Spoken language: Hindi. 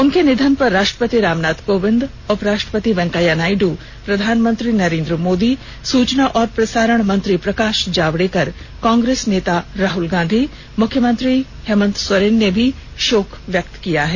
उनके निधन पर राष्ट्रपति रामनाथ कोविंद उपराष्ट्रपति वैंकया नायडू प्रधानमंत्री नरेंद्र मोदी सूचना और प्रसारण मंत्री प्रकाष जावेड़कर कांग्रेस नेता राहुल गांधी मुख्यमंत्री हेमंत सोरेन ने भी षोक व्यक्त किया है